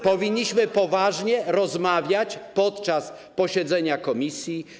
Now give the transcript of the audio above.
Powinniśmy poważnie rozmawiać podczas posiedzenia komisji.